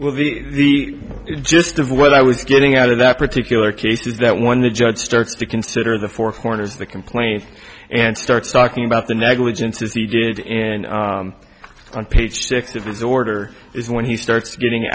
well the gist of what i was getting out of that particular case is that one the judge starts to consider the four corners of the complaint and starts talking about the negligence as he did in on page six of his order is when he starts getting